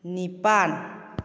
ꯅꯤꯄꯥꯜ